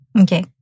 Okay